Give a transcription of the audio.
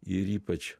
ir ypač